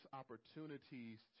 opportunities